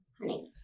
honey